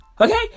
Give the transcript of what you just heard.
Okay